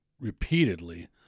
repeatedly